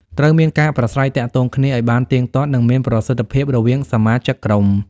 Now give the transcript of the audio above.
ត្រូវមានការ ប្រាស្រ័យទាក់ទងគ្នា ឲ្យបានទៀងទាត់ និងមានប្រសិទ្ធភាពរវាងសមាជិកក្រុម។